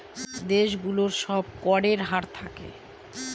দেশ গুলোর সব করের হার থাকে